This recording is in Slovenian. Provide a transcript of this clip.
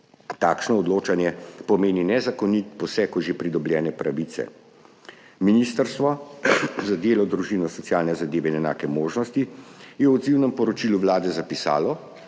Takšno odločanje pomeni nezakonit poseg v že pridobljene pravice. Ministrstvo za delo, družino, socialne zadeve in enake možnosti je v odzivnem poročilu Vlade zapisalo,